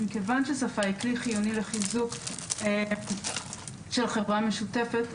מכיוון ששפה היא כלי חיוני לחיזוק של חברה משותפת,